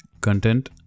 content